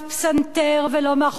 ולא מאחורי מסכה,